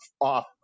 off